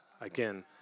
Again